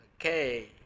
Okay